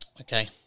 okay